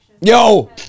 Yo